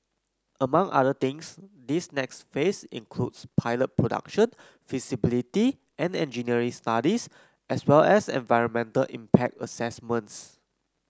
among other things this next phase includes pilot production feasibility and engineering studies as well as environmental impact assessments